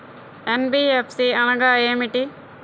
NBFC అనగా ఏమిటీ?